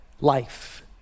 life